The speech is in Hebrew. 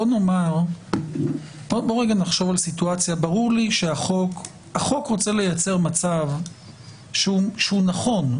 ברור לי שהחוק רוצה לייצר מצב שהוא נכון,